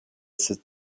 sit